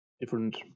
different